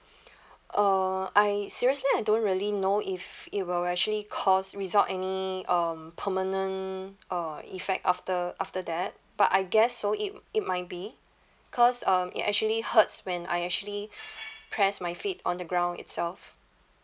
uh I seriously I don't really know if it will actually cause result any um permanent uh effect after after that but I guess so it it might be because um it actually hurts when I actually press my feet on the ground itself